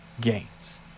gains